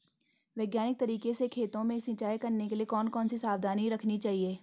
वैज्ञानिक तरीके से खेतों में सिंचाई करने के लिए कौन कौन सी सावधानी रखनी चाहिए?